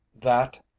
That